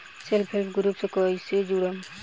Self help group से कइसे जुड़म?